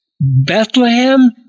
Bethlehem